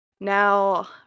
Now